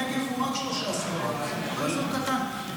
הנגב הוא רק 13%. אזור קטן.